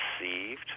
received